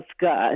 God